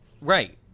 Right